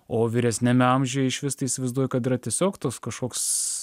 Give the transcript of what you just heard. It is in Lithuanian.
o vyresniame amžiuje iš vis tai vaizduoju kad yra tiesiog tos kažkoks